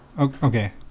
okay